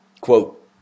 Quote